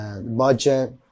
budget